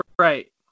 right